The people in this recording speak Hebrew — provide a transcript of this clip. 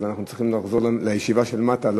אז אנחנו צריכים לחזור לישיבה של מטה,